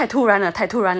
太突然了太突然了幸福来得太突然了